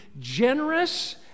generous